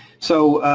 so